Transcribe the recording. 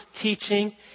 teaching